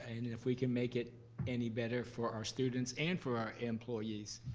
and and if we can make it any better for our students and for our employees,